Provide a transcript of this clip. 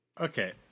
Okay